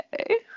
okay